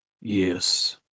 Yes